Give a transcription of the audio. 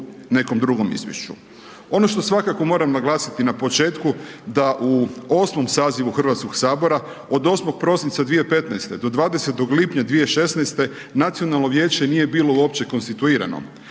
nekom drugom izvješću. Ono što svakako moram naglasiti na početku da u 8. sazivu Hrvatskog sabora, od 8. prosinca 2015. do 20. lipnja 2016. Nacionalno vijeće nije bilo uopće konstituirano